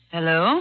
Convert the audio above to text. Hello